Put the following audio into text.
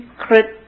secret